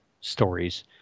stories